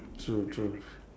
true true